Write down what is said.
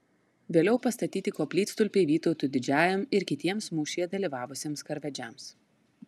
vėliau pastatyti koplytstulpiai vytautui didžiajam ir kitiems mūšyje dalyvavusiems karvedžiams